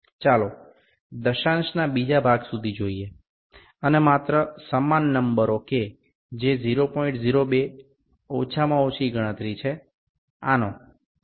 আসুন দশমিকের দ্বিতীয় স্থান পর্যন্ত দেখি এবং শুধুমাত্র জোড় সংখ্যা গুলি দেখি সেখানে সর্বনিম্ন গণনা হল ০০২